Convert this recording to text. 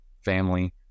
family